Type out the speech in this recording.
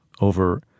over